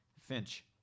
Finch